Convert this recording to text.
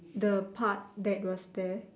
the part that was there